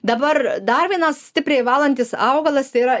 dabar dar vienas stipriai valantis augalas yra